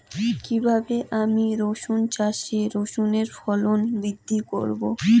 কীভাবে আমি রসুন চাষে রসুনের ফলন বৃদ্ধি করব?